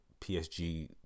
PSG